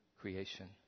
creation